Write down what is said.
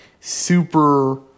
super